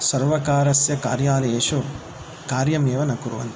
सर्वकारस्य कार्यालयेषु कार्यम् एव न कुर्वन्ति